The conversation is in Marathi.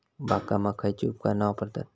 बागकामाक खयची उपकरणा वापरतत?